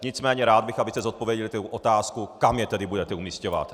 Nicméně rád bych, abyste zodpověděli otázku, kam je tedy budete umisťovat.